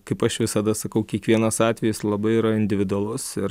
kaip aš visada sakau kiekvienas atvejis labai yra individualus ir